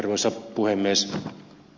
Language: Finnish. arvoisa puhemies